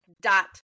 dot